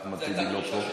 אחמד טיבי לא פה.